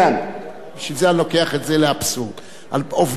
עובד בניין הוא עובד במקום.